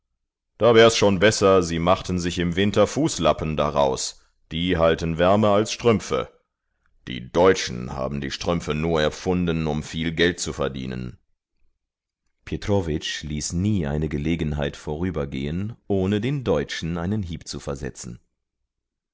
da wär's schon besser sie machten sich im winter fußlappen daraus die halten wärmer als strümpfe die deutschen haben die strümpfe nur erfunden um viel geld zu verdienen petrowitsch ließ nie eine gelegenheit vorübergehen ohne den deutschen einen hieb zu versetzen